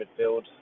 midfield